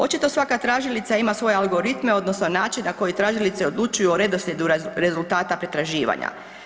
Očito svaka tražilica ima svoje algoritme odnosno način na koji tražilice odlučuju o redoslijedu rezultata pretraživanja.